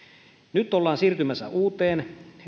nyt ollaan siirtymässä uuteen